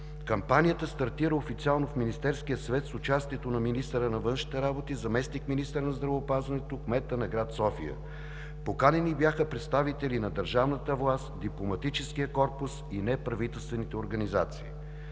Кампанията стартира официално в Министерския съвет с участието на министъра на външните работи, заместник-министъра на здравеопазването, кмета на град София. Поканени бяха представители на държавната власт, Дипломатическият корпус и неправителствените организации.